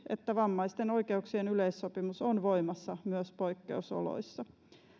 että vammaisten oikeuksien yleissopimus on voimassa myös poikkeusoloissa